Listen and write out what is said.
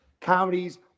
Comedies